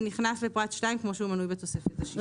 זה נכנס לפרט 2 כמו שהוא מנוי בתוספת השישית.